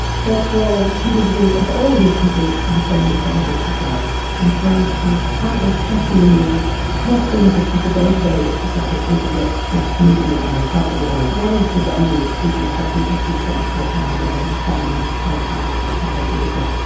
cholesterol, kidney disease, and for all of these people i am saying go and exercise. and so i was trying to factor in the health benefits of the day-to-day exercise that people get just moving around, travelling around. what is the value of people taking active transport rather than travelling by car or private vehicle?